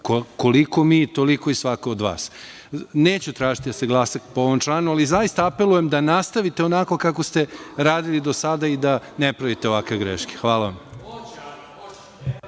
koliko mi, toliko i svako od vas. Neću tražiti da se glasa po ovom članu, ali zaista apelujem da nastavite onako kako ste radili do sada i da ne pravite ovakve greške. Hvala vam.